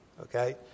Okay